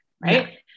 Right